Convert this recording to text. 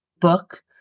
book